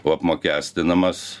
o apmokestinamas